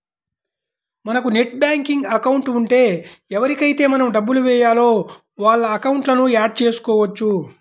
మనకు net banking account ఉంటే ఎవరికైతే మనం డబ్బులు వేయాలో వాళ్ళ అకౌంట్లను యాడ్ చేసుకోవచ్చు